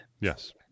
Yes